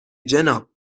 جناب